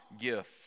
gift